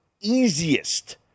easiest